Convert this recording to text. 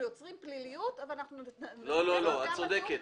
את צודקת.